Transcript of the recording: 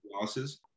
losses